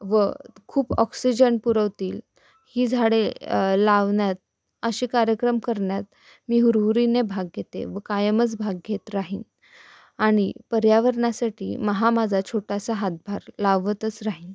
व खूप ऑक्सिजन पुरवतील ही झाडे लावण्यात असे कार्यक्रम करण्यात मी हुरहुरीने भाग घेते व कायमच भाग घेत राहीन आणि पर्यावरणासाठी महा माझा छोटासा हातभार लावतच राहीन